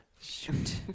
Shoot